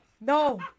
No